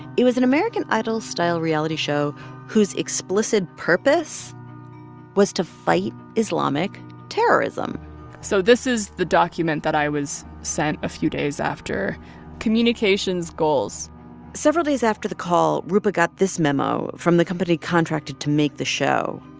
it was an american idol style reality show whose explicit purpose was to fight islamic terrorism so this is the document that i was sent a few days after communications goals several days after the call, roopa got this memo from the company contracted to make the show.